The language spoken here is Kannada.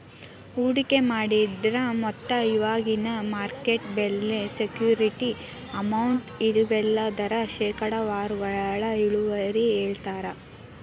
ಹೂಡಿಕೆ ಮಾಡಿದ್ರ ಮೊತ್ತ ಇವಾಗಿನ ಮಾರ್ಕೆಟ್ ಬೆಲೆ ಸೆಕ್ಯೂರಿಟಿ ಅಮೌಂಟ್ ಇವೆಲ್ಲದರ ಶೇಕಡಾವಾರೊಳಗ ಇಳುವರಿನ ಹೇಳ್ತಾರಾ